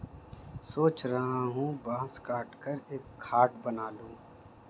सोच रहा हूं बांस काटकर एक खाट बना लूं